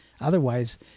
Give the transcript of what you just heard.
Otherwise